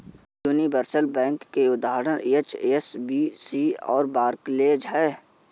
universal bank के उदाहरण HSBC और बार्कलेज हैं